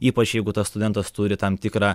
ypač jeigu tas studentas turi tam tikrą